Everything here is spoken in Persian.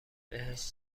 بهش